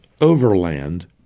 overland